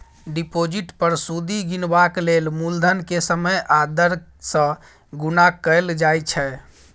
deposit पर सुदि गिनबाक लेल मुलधन केँ समय आ दर सँ गुणा कएल जाइ छै